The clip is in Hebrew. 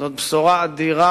זאת בשורה אדירה,